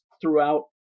throughout